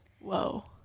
Whoa